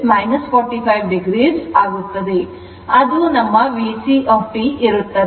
ಅದು ನನ್ನ VC t ಇರುತ್ತದೆ